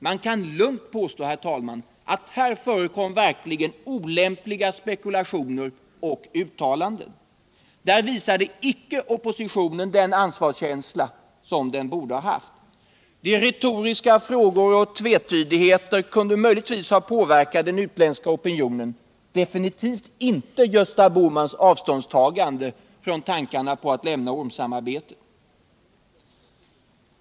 Det kan lugnt påstås, herr talman, att det här verkligen förekom olämpliga spekulationer och uttalanden. Där visade oppositionen icke den ansvarskänsla som den borde ha haft. De retoriska frågor och tvetydigheter som förekom skulle möjligen ha kunnat påverka den utländska opinionen, men definitivt inte Gösta Bohmans avståndstagande från tankarna på att lämna ormsamarbetet.